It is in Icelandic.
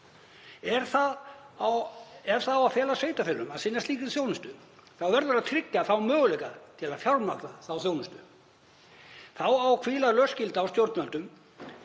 Ef það á að fela sveitarfélögum að sinna slíkri þjónustu verður að tryggja möguleika til að fjármagna þá þjónustu. Þá á að hvíla lögskylda á stjórnvöldum